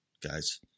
guys